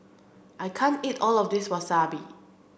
I can't eat all of this Wasabi